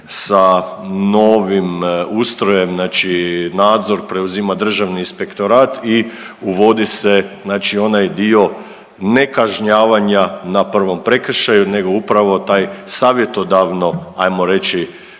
sa novim ustrojem, znači nadzor preuzima državni inspektorat i uvodi se znači onaj dio nekažnjavanja na prvom prekršaju nego upravo taj savjetodavno ajmo reći